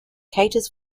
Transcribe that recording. caters